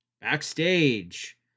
Backstage